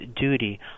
duty